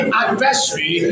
adversary